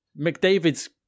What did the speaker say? McDavid's